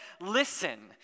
Listen